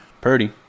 Purdy